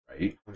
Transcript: right